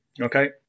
Okay